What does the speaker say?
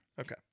Okay